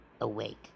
awake